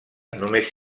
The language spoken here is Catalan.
només